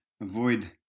avoid